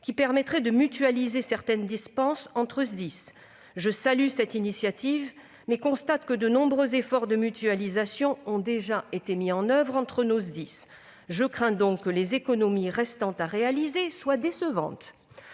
qui permettrait de mutualiser certaines dépenses entre SDIS. Je salue cette initiative, mais constate que de nombreux efforts de mutualisation ont déjà été mis en oeuvre entre nos SDIS. Je crains donc que les économies restant à réaliser soient décevantes.